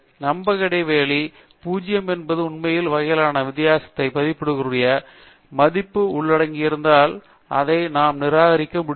நம்பக இடைவெளி 0 என்பது உண்மை வகையிலான வித்தியாசத்திற்கான மதிப்பிற்குரிய மதிப்பை உள்ளடக்கியிருந்தால் நாம் அதை நிராகரிக்க முடியாது